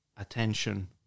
attention